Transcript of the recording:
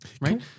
right